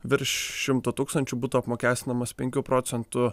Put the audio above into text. virš šimto tūkstančių būtų apmokestinamas penkių procentų